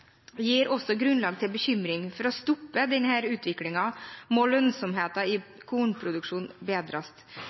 gir også grunn til bekymring. For å stoppe denne utviklingen må lønnsomheten i kornproduksjonen bedres.